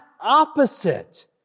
opposite